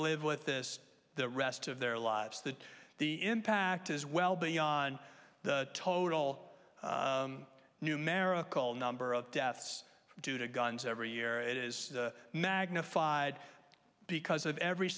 live with this the rest of their lives that the impact is well beyond the total numerical number of deaths due to guns every year it is magnified because of every